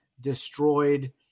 destroyed